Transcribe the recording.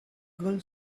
girl